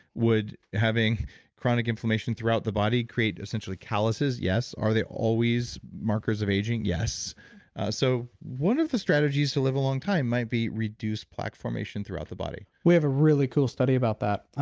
would having chronic inflammation throughout the body create essentially callouses? yes. are they always markers of aging? yes so one of the strategies to live a long time might be reduced plaque formation throughout the body we have a really cool study about that.